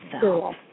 Cool